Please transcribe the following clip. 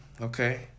Okay